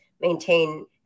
maintain